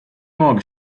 mogę